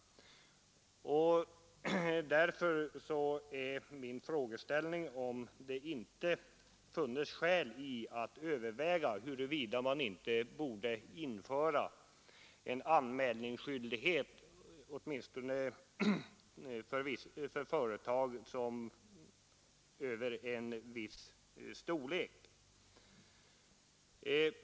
Därför vill jag fråga, om det inte finns skäl att överväga, huruvida man inte borde införa en anmälningsskyldighet åtminstone för företag som har en viss storlek.